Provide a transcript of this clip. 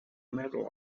medal